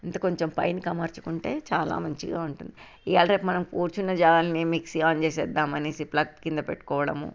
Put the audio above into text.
అంటే కొంచెం పైకి అమర్చుకుంటే చాలా మంచిగా ఉంటుంది ఇవ్వాళ రేపు మనం కూర్చున్న జాగాలోనే మిక్సీ ఆన్ చేసేద్దాము అనేసి ప్లగ్ క్రింద పెట్టుకోవడం